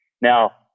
Now